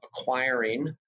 acquiring